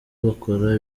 bakora